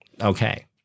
Okay